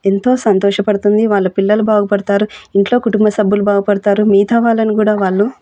ఎంతో సంతోషపడుతుంది వాళ్ళ పిల్లలు బాగుపడతారు ఇంట్లో కుటుంబ సభ్యులు బాగుపడతారు మిగితా వాళ్ళని కూడా వాళ్ళు